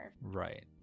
Right